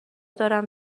دارم